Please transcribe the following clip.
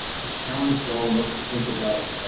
a challenge for all of us to think about.